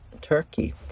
Turkey